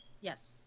Yes